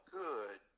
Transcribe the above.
good